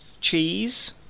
cheese